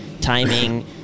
timing